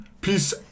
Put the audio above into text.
Peace